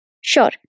Sure